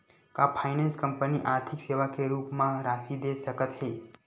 का finance company आर्थिक सेवा के रूप म राशि दे सकत हे?